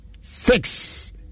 Six